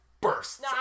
Bursts